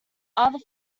other